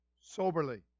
soberly